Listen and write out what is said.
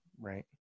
right